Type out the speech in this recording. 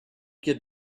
get